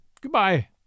Goodbye